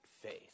faith